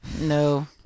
No